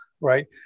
right